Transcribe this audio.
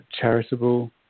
charitable